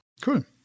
cool